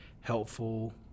helpful